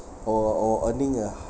or or earning a